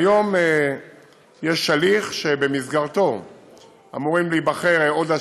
היום יש הליך שבמסגרתו אמורים להיבחר עוד השנה,